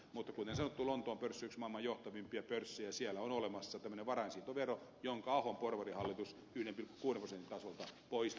mutta kuten sanottu lontoon pörssi on yksi maailman johtavimpia pörssejä ja siellä on olemassa tämmöinen varainsiirtovero jonka ahon porvarihallitus pyrki purmosen kaasut pois